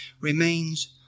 remains